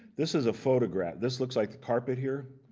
this is a photograph. this looks like the carpet here,